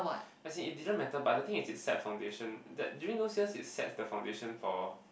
as in it didn't matter but the thing is it set foundation that during those years it sets the foundation for